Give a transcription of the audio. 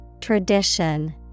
Tradition